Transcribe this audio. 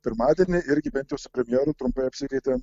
pirmadienį irgi bent jau su premjeru trumpai apsikeitėm